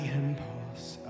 impulse